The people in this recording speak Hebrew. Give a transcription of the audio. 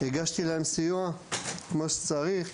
והגשתי להם סיוע כמו שצריך,